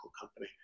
company